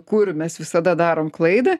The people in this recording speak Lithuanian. kur mes visada darom klaidą